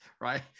right